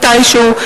מתישהו,